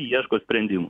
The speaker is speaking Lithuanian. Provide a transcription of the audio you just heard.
ieško sprendimų